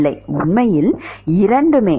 இல்லை உண்மையில் இரண்டுமே